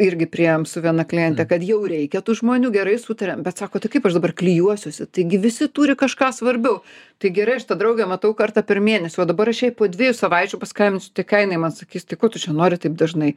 irgi prie su viena kliente kad jau reikia tų žmonių gerai sutariam bet sako tai kaip aš dabar klijuosiuosi taigi visi turi kažką svarbiau tai gerai aš tą draugę matau kartą per mėnesį o dabar aš po dviejų savaičių paskambinsiu tai ką jinai man sakys tai ko tu čia nori taip dažnai